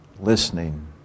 listening